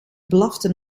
blafte